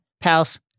Pals